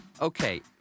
Okay